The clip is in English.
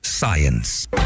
Science